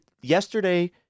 yesterday